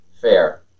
fair